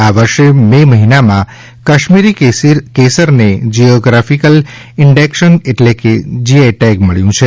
આ વર્ષે મે મહિનામાં કાશ્મીરી કેસરને જીઓગ્રાફીકલ ઇન્ડીકેશન એટલે કે જીઆઇટેગ મળ્યુ છે